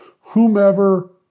whomever